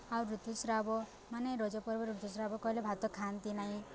ଆଉ ଋତୁସ୍ରାବ ମାନେ ରଜପର୍ବରେ ଋତୁସ୍ରାବ କଲେ ଭାତ ଖାଆନ୍ତି ନାହିଁ